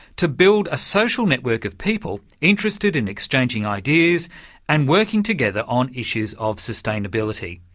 to build a social network of people interested in exchanging ideas and working together on issues of sustainability,